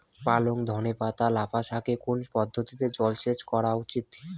পালং ধনে পাতা লাফা শাকে কোন পদ্ধতিতে জল সেচ করা উচিৎ?